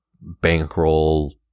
bankroll